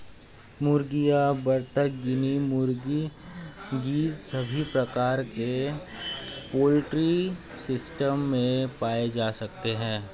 मुर्गियां, बत्तख, गिनी मुर्गी, गीज़ सभी प्रकार के पोल्ट्री सिस्टम में पाए जा सकते है